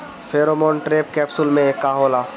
Pheromone trap capsule में का होला?